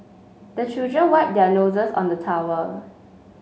the children wipe their noses on the towel